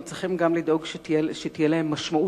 אנחנו צריכים גם לדאוג שתהיה להם משמעות